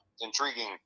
intriguing